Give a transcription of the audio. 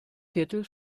viertel